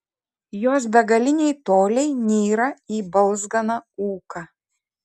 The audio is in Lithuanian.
jos begaliniai toliai nyra į balzganą ūką